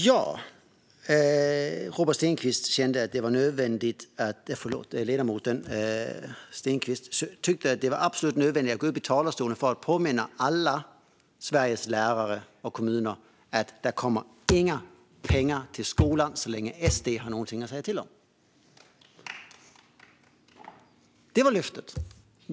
Herr talman! Ledamoten Robert Stenkvist tyckte att det var absolut nödvändigt att gå upp i talarstolen för att påminna alla Sveriges lärare och kommuner om att det inte kommer några pengar till skolan så länge som SD har någonting att säga till om. Det var löftet.